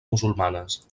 musulmanes